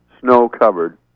snow-covered